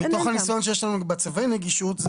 מתוך הניסיון שיש לנו במצבי נגישות,